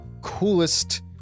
coolest